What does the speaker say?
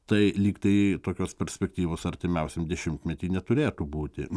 tai lyg tai tokios perspektyvos artimiausiam dešimtmety neturėtų būti